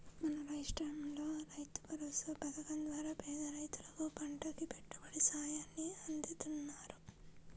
మన రాష్టంలో రైతుభరోసా పథకం ద్వారా పేద రైతులకు పంటకి పెట్టుబడి సాయాన్ని అందిత్తన్నారు